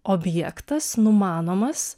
objektas numanomas